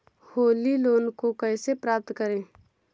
Holi loan को कैसे प्राप्त करें?